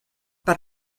per